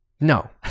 No